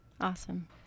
Awesome